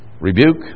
rebuke